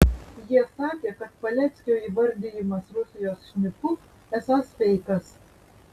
jie sakė kad paleckio įvardijimas rusijos šnipu esąs feikas